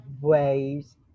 waves